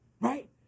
right